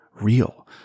real